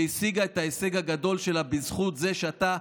שהשיגה את ההישג הגדול שלה בזכות זה שאתה,